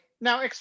Now